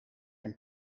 can